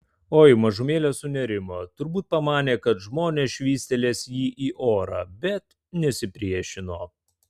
oi mažumėlę sunerimo turbūt pamanė kad žmonės švystelės jį į orą bet nesipriešino